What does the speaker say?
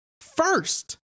first